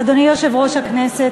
אדוני יושב-ראש הכנסת,